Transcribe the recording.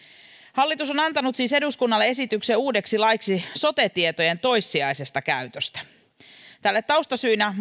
hallitus on antanut siis eduskunnalle esityksen uudeksi laiksi sote tietojen toissijaisesta käytöstä tälle taustasyynä